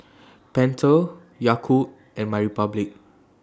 Pentel Yakult and MyRepublic